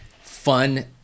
fun